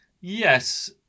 Yes